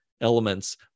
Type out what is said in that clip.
elements